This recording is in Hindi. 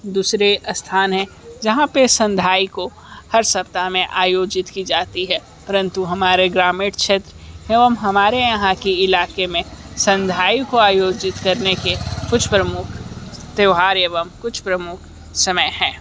दूसरे स्थान है जहाँ पर संधाई को हर सप्ताह में आयोजित की जाती है परन्तु हमारे ग्रामीण क्षेत्र एवं हमारे यहाँ के इलाके में संधाई को आयोजित करने के कुछ प्रमुख त्योहार एवं कुछ प्रमुख समय है